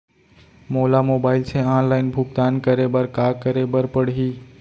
मोला मोबाइल से ऑनलाइन भुगतान करे बर का करे बर पड़ही?